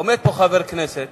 עומד פה חבר הכנסת,